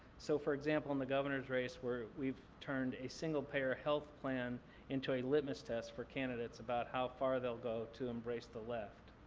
so for example, in the governor's race, where we've turned a single-payer health plan into a litmus test for candidates about how far they'll go to embrace the left.